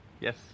Yes